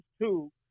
two